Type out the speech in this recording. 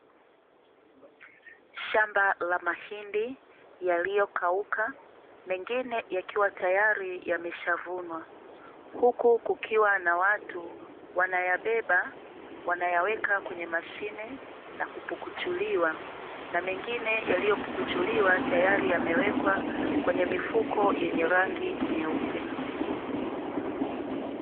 Shamba la mahindi yaliyokauka, mengine yakiwa tayari yameshavunwa. Huku kukiwa na watu wanayabeba, wanayaweka kwenye mashine na kupukuchuliwa, na mengine yaliyopukuchuliwa tayari yamewekwa kwenye mifuko yenye rangi nyeupe.